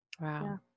Wow